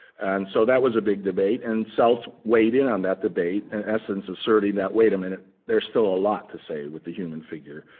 and so that was a big debate and selz weighed in on that debate, in and essence asserting that wait a minute there's still a lot to say with the human figure.